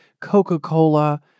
Coca-Cola